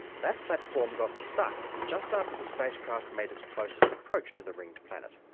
that platform got stuck just after the spacecraft made its closest approach to the ringed planet.